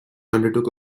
undertook